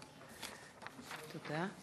תודה.